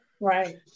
Right